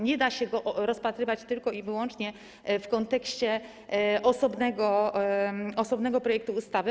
Nie da się go rozpatrywać tylko i wyłącznie w kontekście osobnego projektu ustawy.